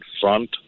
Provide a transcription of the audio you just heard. front